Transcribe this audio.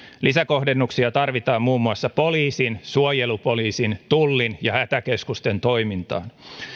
lisäkohdennuksia tarvitaan muun muassa poliisin suojelupoliisin tullin ja hätäkeskusten toimintaan